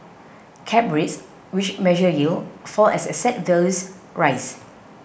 cap rates which measure yield fall as asset values rise